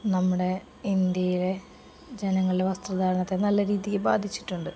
നമ്മുടെ ഇന്ത്യയിലെ ജനങ്ങളുടെ വസ്ത്രധാരണത്തെ നല്ല രീതിയില് ബാധിച്ചിട്ടുണ്ട്